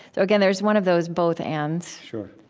so again, there's one of those both ands sure,